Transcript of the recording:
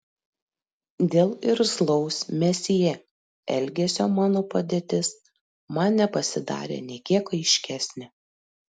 dėl irzlaus mesjė elgesio mano padėtis man nepasidarė nė kiek aiškesnė